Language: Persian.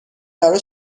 برا